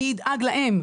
מי ידאג להם?